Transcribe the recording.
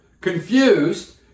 Confused